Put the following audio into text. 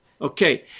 Okay